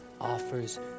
offers